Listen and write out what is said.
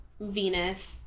Venus